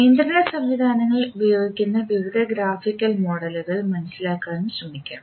നിയന്ത്രണ സംവിധാനങ്ങളിൽ ഉപയോഗിക്കുന്ന വിവിധ ഗ്രാഫിക്കൽ മോഡലുകൾ മനസിലാക്കാൻ ശ്രമിക്കാം